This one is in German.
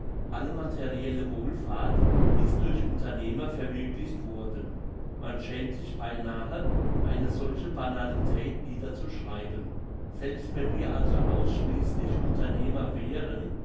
alle materielle wohlfahrt ist durch unternehmer verwirklicht worden man schämt sich beinahe eine solche banalität niederzuschreiben selbst wenn wir also ausschliesslich unternehmer wären